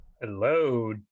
Hello